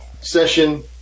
session